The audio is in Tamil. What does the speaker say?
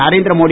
நரேந்திர மோடி